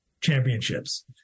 championships